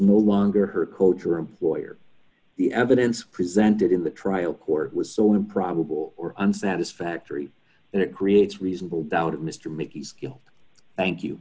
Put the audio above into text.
no longer her coach or employer the evidence presented in the trial court was so improbable or an satisfactory and it creates reasonable doubt mr miki's thank you